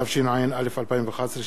התשע"א 2011,